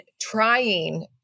trying